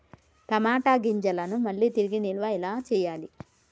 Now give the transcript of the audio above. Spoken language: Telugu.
టమాట గింజలను మళ్ళీ తిరిగి నిల్వ ఎలా చేయాలి?